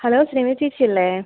hello Smitha ചേച്ചി അല്ലേ